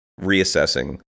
reassessing